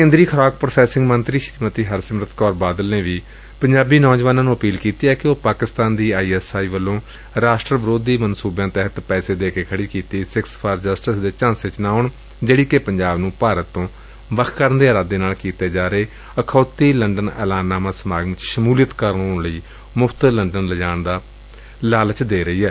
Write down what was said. ਕੇਂਦਰੀ ਖੁਰਾਕ ਪ੍ਰੋਸੈਸਿੰਗ ਮੰਤਰੀ ਸ੍ਰੀਮਤੀ ਹਰਸਿਮਰਤ ਕੌਰ ਬਾਦਲ ਨੇ ਪੰਜਾਬੀ ਨੌਜਵਾਨਾਂ ਨੁੰ ਅਪੀਲ ਕੀਤੀ ਏ ਕਿ ਊਹ ਪਾਕਿਸਤਾਨ ਦੀ ਆਈਐਸਆਈ ਵੱਲੋ ਰਾਸ਼ਟਰ ਵਿਰੋਧੀ ਮਨਸੂਬਿਆਂ ਤਹਿਤ ਪੈਸੇ ਦੇ ਕੇ ਖੜੀ ਕੀਤੀ ਸਿੱਖਸ ਫਾਰ ਜਸਟਿਸ ਦੇ ਝਾਂਸੇ ਵਿਚ ਨਾ ਆਉਣ ਜਿਹੜੀ ਕਿ ਪੰਜਾਬ ਨੂੰ ਭਾਰਤ ਤੋਂ ਵੱਖ ਕਰਨ ਦੇ ਇਰਾਦੇ ਨਾਲ ਕੀਤੇ ਜਾ ਰਹੇ ਅਖੌਤੀ ਲੰਡਨ ਐਲਾਨਨਾਮਾ ਸਮਾਗਮ ਵਿਚ ਸ਼ਮੂਲੀਅਤ ਕਰਵਾਉਣ ਲਈ ਨੌਜਵਾਨਾਂ ਨੂੰ ਮੁਫਤ ਵਿਚ ਲੰਡਨ ਦਾ ਗੇੜਾ ਲਗਵਾਊਣ ਦਾ ਲਾਲਚ ਦੇ ਰਹੀ ਏ